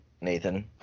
Nathan